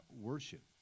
worship